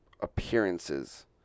appearances